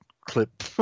clip